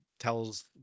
tells